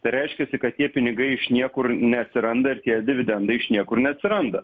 reiškiasi kad tie pinigai iš niekur neatsiranda ir tie dividendai iš niekur neatsiranda